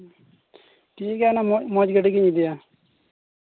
ᱴᱷᱤᱠ ᱜᱮᱭᱟ ᱚᱱᱟ ᱢᱚᱡᱽ ᱜᱟᱹᱰᱤ ᱜᱤᱧ ᱤᱫᱤᱭᱟ